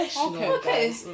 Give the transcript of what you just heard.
Okay